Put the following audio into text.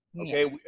Okay